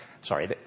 sorry